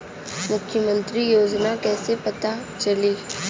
मुख्यमंत्री योजना कइसे पता चली?